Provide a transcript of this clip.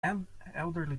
elderly